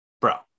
Bro